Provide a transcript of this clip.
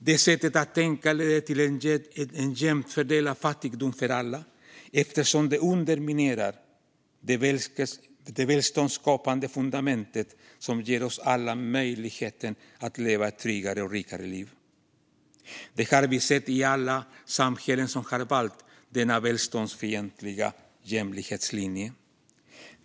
Det sättet att tänka leder till en jämnt fördelad fattigdom för alla, eftersom det underminerar det välståndsskapande fundament som ger oss alla möjligheten att leva ett tryggare och rikare liv. Det har vi sett i alla samhällen som har valt denna välståndsfientliga jämlikhetslinje.